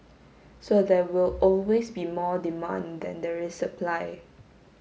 so there will always be more demand than there is supply